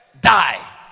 die